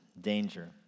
Danger